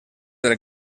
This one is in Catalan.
del